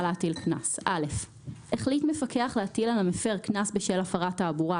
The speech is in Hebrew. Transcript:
להטיל קנס החליט מפקח להטיל על מפר קנס בשל הפרת תעבורה,